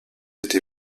été